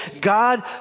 God